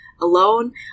alone